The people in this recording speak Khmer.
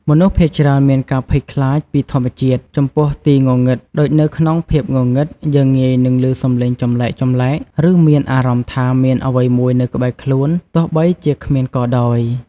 មនុស្សភាគច្រើនមានការភ័យខ្លាចពីធម្មជាតិចំពោះទីងងឹតដូចនៅក្នុងភាពងងឹត យើងងាយនឹងឮសំឡេងចម្លែកៗ ឬមានអារម្មណ៍ថាមានអ្វីមួយនៅក្បែរខ្លួន ទោះបីជាគ្មានក៏ដោយ ។